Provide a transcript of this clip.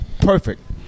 perfect